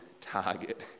target